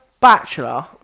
bachelor